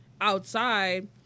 outside